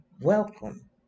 welcome